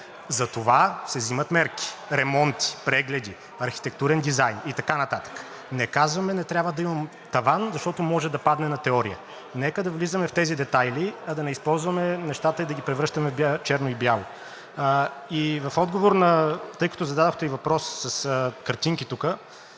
Затова се вземат мерки – ремонти, прегледи, архитектурен дизайн и така нататък. Не казваме: не трябва да има таван, защото може да падне на теория. Нека да влизаме в тези детайли, а да не използваме нещата и да ги превръщаме в черно и бяло. Тъй като тук зададохте и въпрос с картинки,